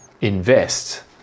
invest